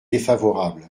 défavorable